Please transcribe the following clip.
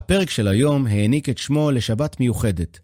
הפרק של היום העניק את שמו לשבת מיוחדת.